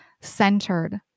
centered